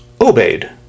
obeyed